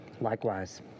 Likewise